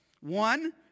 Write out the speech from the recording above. One